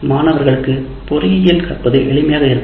மாணவர்களுக்கு பொறியியல் கல்லூரி செய்வது எளிமையாக இருக்க வேண்டும்